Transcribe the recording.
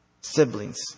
siblings